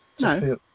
No